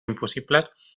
impossibles